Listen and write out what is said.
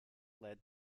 led